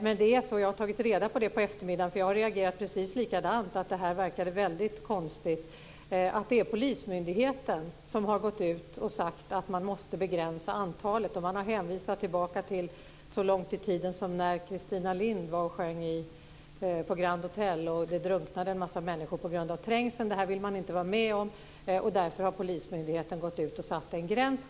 Men eftersom jag reagerade precis likadant och tyckte att det här verkade väldigt konstigt har jag under eftermiddagen tagit reda på att det är polismyndigheten som har gått ut och sagt att man måste begränsa antalet. Man har hänvisat så långt tillbaka i tiden som när Christina Nilsson sjöng på Grand Hôtel och en massa människor drunknade på grund av trängseln. Det vill man inte vara med om och därför har polismyndigheten gått ut och satt en gräns.